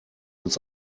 uns